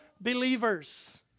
believers